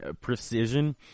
precision